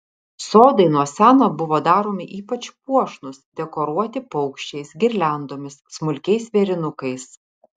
sodai nuo seno buvo daromi ypač puošnūs dekoruoti paukščiais girliandomis smulkiais vėrinukais